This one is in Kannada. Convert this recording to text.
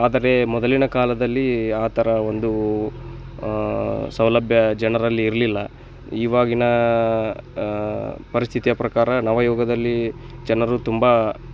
ಆದರೆ ಮೊದಲಿನ ಕಾಲದಲ್ಲಿ ಆ ಥರ ಒಂದು ಸೌಲಭ್ಯ ಜನರಲ್ಲಿ ಇರಲಿಲ್ಲ ಇವಾಗಿನ ಪರಿಸ್ಥಿತಿಯ ಪ್ರಕಾರ ನವಯುಗದಲ್ಲಿ ಜನರು ತುಂಬ